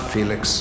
Felix